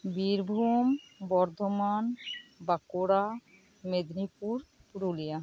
Birbhum Bardhaman Bankura Medinipur Purulia